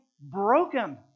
broken